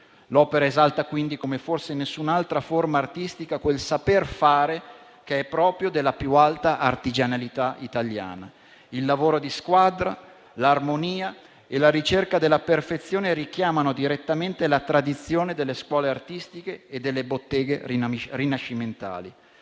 L'opera esalta quindi, come forse nessun'altra forma artistica, quel saper fare che è proprio della più alta artigianalità italiana; il lavoro di squadra, l'armonia e la ricerca della perfezione richiamano direttamente la tradizione delle scuole artistiche e delle botteghe rinascimentali.